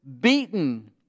beaten